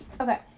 okay